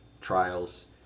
trials